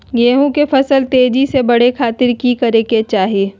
गेहूं के फसल तेजी से बढ़े खातिर की करके चाहि?